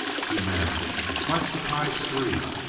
two men might surprise three.